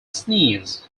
sneeze